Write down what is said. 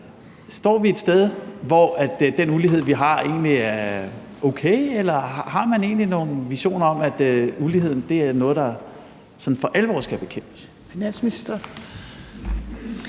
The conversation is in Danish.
Står vi et sted, hvor den ulighed, vi har, egentlig er okay, eller har man egentlig nogle visioner om, at uligheden er noget, der sådan for alvor skal bekæmpes? Kl.